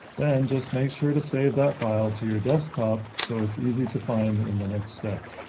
then, just make sure to save that file to your desktop so it's easy to find in the next step.